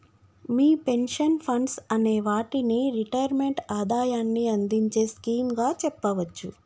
మీ pension funds అనే వాటిని retirement ఆదాయాన్ని అందించే స్కీమ్ గా చెప్పవచ్చు